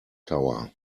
tower